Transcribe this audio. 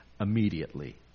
immediately